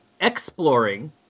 exploring